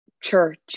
church